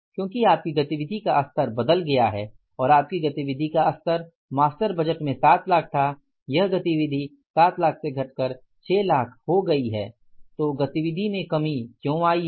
क्योंकि आपकी गतिविधि का स्तर बदल गया है और आपकी गतिविधि का स्तर मास्टर बजट में 7 लाख था यह गतिविधि 7 लाख से घटकर 6 लाख हो गई है तो गतिविधि में कमी क्यों आई है